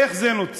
איך זה נוצר?